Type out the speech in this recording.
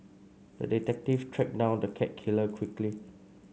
the detective tracked down the cat killer quickly